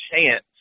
chance